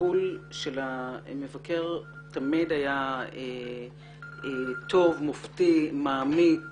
והטיפול של המבקר תמיד היה טוב, מופתי, מעמיק.